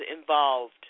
involved